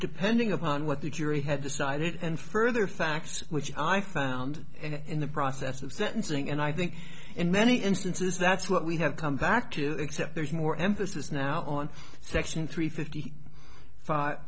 depending upon what the jury had decided and further thanks which i found in the process of sentencing and i think in many instances that's what we have come back to except there's more emphasis now on section three fifty five